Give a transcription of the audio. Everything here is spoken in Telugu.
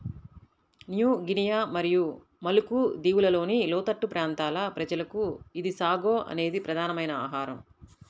న్యూ గినియా మరియు మలుకు దీవులలోని లోతట్టు ప్రాంతాల ప్రజలకు ఇది సాగో అనేది ప్రధానమైన ఆహారం